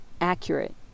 accurate